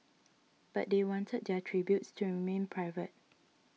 but they wanted their tributes to remain private